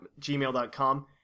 gmail.com